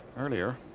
earlier,